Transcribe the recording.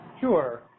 Sure